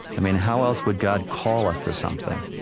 i mean, how else would god call us to something?